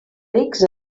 rics